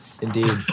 Indeed